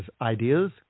ideas